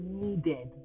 needed